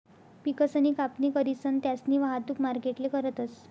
पिकसनी कापणी करीसन त्यास्नी वाहतुक मार्केटले करतस